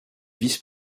vice